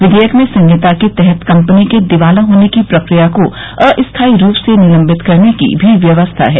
विघेयक में संहिता के तहत कपनी के दिवाला होने की प्रक्रिया को अस्थायी रूप से निलंबित करने की भी व्यवस्था है